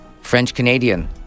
French-Canadian